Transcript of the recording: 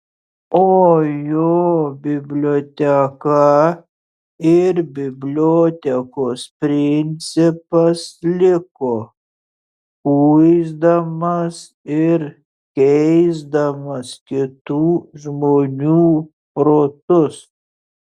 o jo biblioteka ir bibliotekos principas liko kuisdamas ir keisdamas kitų žmonių protus